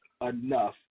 enough